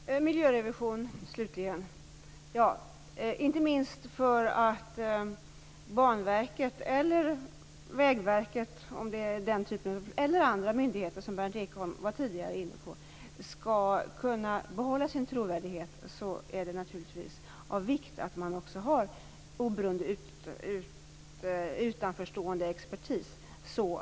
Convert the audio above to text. Herr talman! När det gäller miljörevision är det, inte minst för att Banverket, Vägverket eller andra myndigheter skall kunna behålla sin trovärdighet, av vikt att man har oberoende, utanförstående expertis.